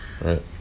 right